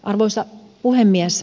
arvoisa puhemies